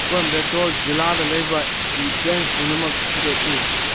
ꯀꯣꯏꯝꯕꯦꯇꯣꯔ ꯖꯤꯂꯥꯗ ꯂꯩꯕ ꯏ ꯕꯦꯡ ꯄꯨꯝꯅꯃꯛ ꯊꯤꯗꯣꯛꯎ